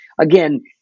again